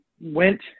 went